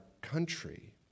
country